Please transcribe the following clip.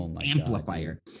amplifier